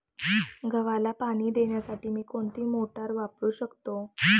गव्हाला पाणी देण्यासाठी मी कोणती मोटार वापरू शकतो?